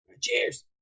Cheers